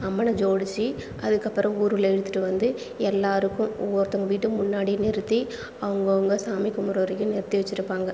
அம்மனை ஜோடித்து அதுக்கப்புறம் ஊருள்ளே இழுத்துட்டு வந்து எல்லாருக்கும் ஒவ்வொருத்தவங்கள் வீட்டு முன்னாடி நிறுத்தி அவங்கவுங்க சாமி கும்புடுகிற வரைக்கும் நிறுத்தி வச்சிருப்பாங்கள்